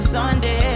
Sunday